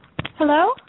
Hello